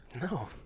No